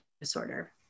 disorder